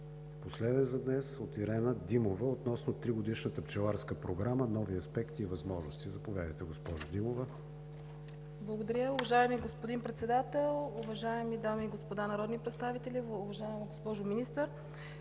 последен за днес – от Ирена Димова, относно тригодишната пчеларска програма – нови аспекти и възможности. Заповядайте, госпожо Димова. ИРЕНА ДИМОВА (ГЕРБ): Благодаря, уважаеми господин Председател. Уважаеми дами и господа народни представители, уважаема госпожо Министър!